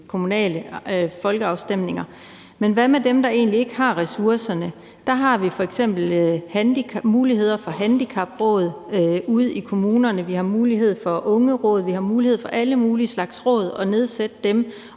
kommunale folkeafstemninger. Men hvad med dem, der egentlig ikke har ressourcerne? Der har vi f.eks. muligheder for handicapråd ude i kommunerne. Vi har mulighed for ungeråd, og vi har mulighed for at nedsætte alle mulige slags råd, og det